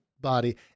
body